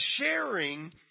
sharing